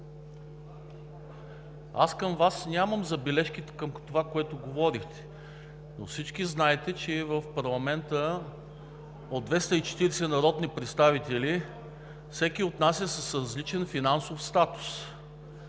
Ячев, аз нямам забележки към Вас по това, което говорихте, но всички знаете, че в парламента от 240 народни представители всеки от нас е с различен финансов статус.